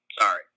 Sorry